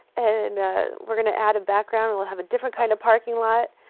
and we're going to add a background and we'll have a different kind of parking lot.